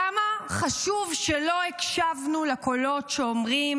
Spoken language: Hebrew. כמה חשוב שלא הקשבנו לקולות שאומרים: